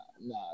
nah